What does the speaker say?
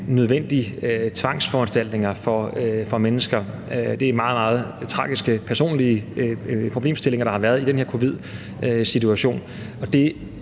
nødvendige tvangsforanstaltninger over for mennesker – det er meget, meget tragiske, personlige problemstillinger, der har været i den her covid-19-situation.